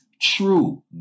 true